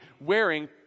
wearing